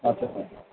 আচ্ছা